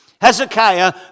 Hezekiah